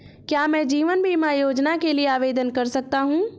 क्या मैं जीवन बीमा योजना के लिए आवेदन कर सकता हूँ?